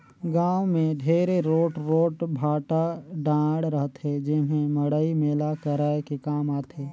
गाँव मे ढेरे रोट रोट भाठा डाँड़ रहथे जेम्हे मड़ई मेला कराये के काम आथे